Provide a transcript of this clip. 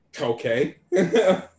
okay